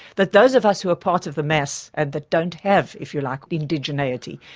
that those of us who are part of the mass and that don't have, if you like, indigeneity,